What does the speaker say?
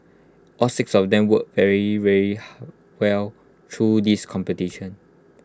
all six of them worked really really well through this competition